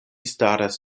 staras